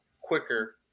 quicker